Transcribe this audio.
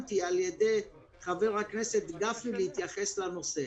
לכן אני חושב שחייבים למצוא מנגנון גם במחיר של עיכוב המענק.